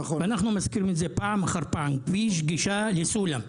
ואנחנו מזכירים את זה פעם אחר פעם: כביש גישה לסולם.